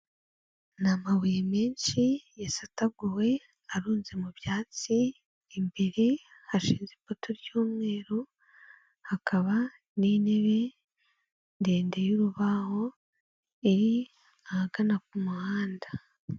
Ni amabuye menshi yasataguwe arunze mu byatsi, imbere hashinze ipoto ry'umweru, hakaba n'intebe ndende y'urubaho, iri ahagana ku muhanda.